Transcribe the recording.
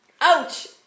Ouch